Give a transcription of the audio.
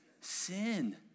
sin